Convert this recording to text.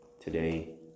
today